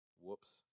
Whoops